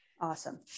Awesome